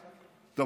טוב,